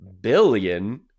billion